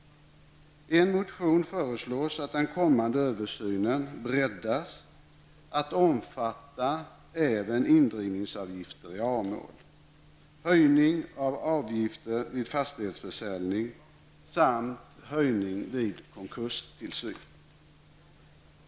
I en motion föreslås att den kommande översynen breddas till att även omfatta indrivningsavgifter i A-mål, höjning av avgifter vid fastighetsförsäljning samt höjning vid konkurstillsyn.